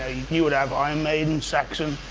you would have iron maiden, saxon,